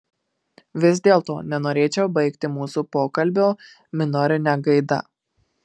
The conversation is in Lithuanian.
vis dėlto nenorėčiau baigti mūsų pokalbio minorine gaida